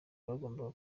bagombaga